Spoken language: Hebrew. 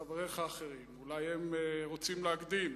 חבריך האחרים, אולי הם רוצים להקדים.